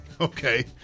Okay